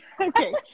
Okay